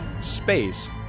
space